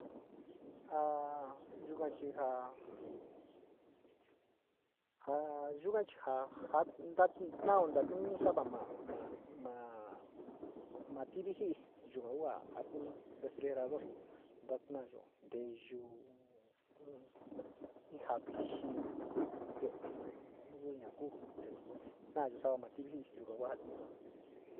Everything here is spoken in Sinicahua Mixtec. Ha yukua chinja ha yukua chinjá nja njat nda'a na'ó nda niño xa'a ma'a, ma'a ma'a mativinjí yuu kua njua atiñon refrijerador ndanayo ndeí yuu iin, iin nja vixhí iin ndena'a iin nuña kote nayo'ó xau mativí yuu kua va'año.